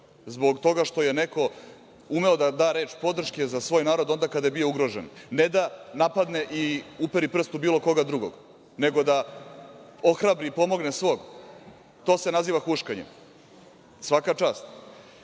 Zbog toga što je neko umeo da da reč podrške za svoj narod onda kada je bio ugrožen, ne da napadne i uperi prst u bilo koga drugog, nego da ohrabri i pomogne svog. To se naziva huškanjem, svaka